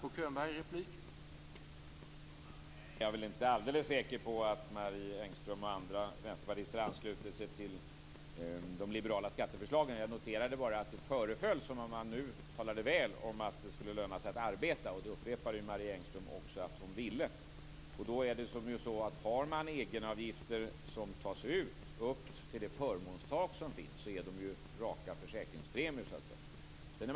Herr talman! Jag var väl inte alldeles säker på att Marie Engström och andra vänsterpartister ansluter sig till de liberala skatteförslagen. Jag noterade bara att det föreföll som om man nu talade väl om att det skulle löna sig att arbeta. Marie Engström upprepade ju också att hon ville att det skulle göra det. Egenavgifter som tas ut upp till det förmånstak som finns är ju, så att säga, raka försäkringspremier.